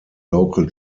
local